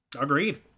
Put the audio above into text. agreed